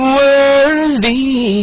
worthy